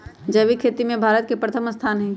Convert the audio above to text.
जैविक खेती में भारत के प्रथम स्थान हई